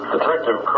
Detective